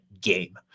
game